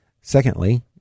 Secondly